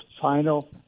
final